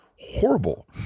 horrible